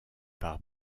par